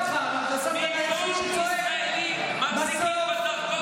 הילד שלך נולד וקיבלת דרכון במקום.